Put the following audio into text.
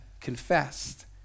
confessed